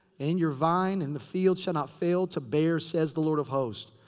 and your vine in the field shall not fail to bear, says the lord of hosts.